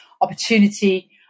opportunity